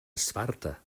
esparta